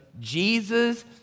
Jesus